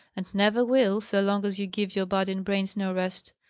and never will, so long as you give your body and brains no rest.